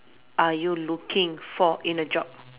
are you looking for in a job